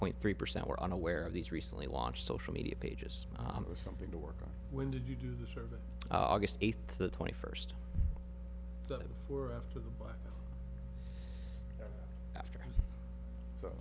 point three percent were unaware of these recently launched social media pages or something to work on when did you do the survey august eighth the twenty first but before after the but after so